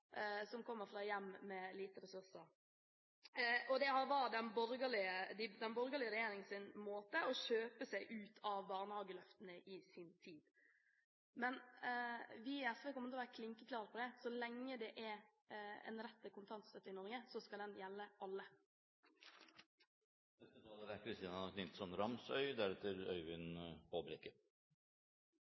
som kommer fra hjem med lite ressurser – og det var den borgerlige regjeringens måte å kjøpe seg ut av barnehageløftene på i sin tid. Men vi i SV kommer til å være klinkende klare på at så lenge det er en rett til kontantstøtte i Norge, skal den gjelde alle. Kontantstøtten er